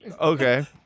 Okay